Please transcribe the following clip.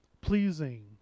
pleasing